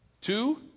Two